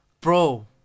Bro